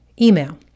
email